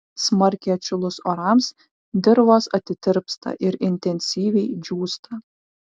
smarkiai atšilus orams dirvos atitirpsta ir intensyviai džiūsta